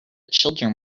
children